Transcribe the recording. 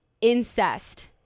incest